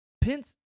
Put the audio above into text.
Pence